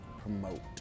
promote